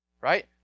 right